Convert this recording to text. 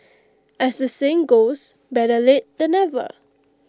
as the saying goes better late than never